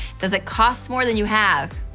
does it cost more than you have?